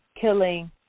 killing